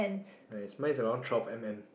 nice mine is around twelve M_M